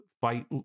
fight